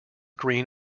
green